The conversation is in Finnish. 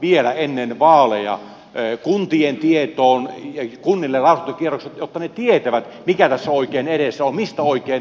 vielä ennen vaaleja kunnille lausuntakierrokselle jotta ne tietävät mikä tässä on oikein edessä mistä oikein valitaan